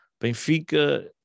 Benfica